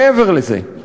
מעבר לזה,